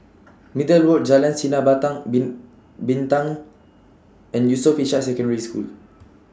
Middle Road Jalan Sinar Bin Bintang and Yusof Ishak Secondary School